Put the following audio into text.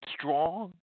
strong